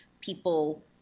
People